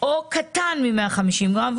או קטן מ-150 גרם,